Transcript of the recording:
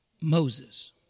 Moses